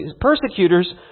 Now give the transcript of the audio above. persecutors